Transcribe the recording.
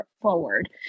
forward